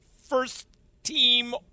first-team